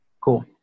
Cool